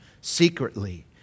secretly